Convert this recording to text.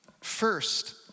First